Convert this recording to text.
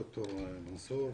ד"ר מנסור,